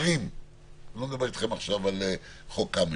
זה קורה בערים ואני לא מדבר אתכם עכשיו על חוק קמיניץ.